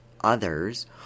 others